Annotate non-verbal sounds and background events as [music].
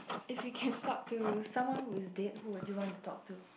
if you can [breath] talk to someone who is dead who would you want to talk to